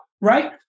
Right